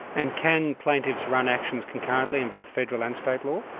and can plaintiffs run actions concurrently in both federal and state law?